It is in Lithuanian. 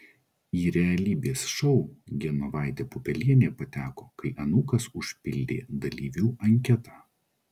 į realybės šou genovaitė pupelienė pateko kai anūkas užpildė dalyvių anketą